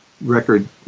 record